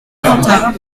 quentin